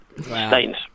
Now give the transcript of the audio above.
Stains